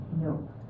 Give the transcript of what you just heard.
No